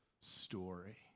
story